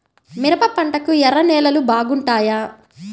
మిరప పంటకు ఎర్ర నేలలు బాగుంటాయా?